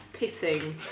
Pissing